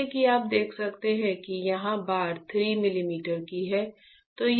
जैसा कि आप देख सकते हैं कि यहां बार 3 मिलीमीटर की है